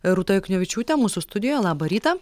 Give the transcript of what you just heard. rūta juknevičiūtė mūsų studijoj labą rytą